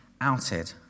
outed